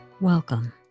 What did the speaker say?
Welcome